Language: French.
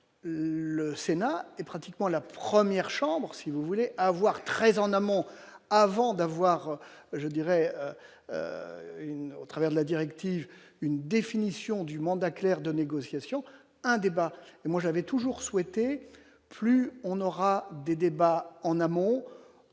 le Sénat est pratiquement la 1ère chambre, si vous voulez avoir très en amont, avant d'avoir, je dirais, au travers de la directive une définition du mandat clair de négociations, un débat et moi j'avais toujours souhaité, plus on aura des débats en amont,